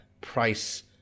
price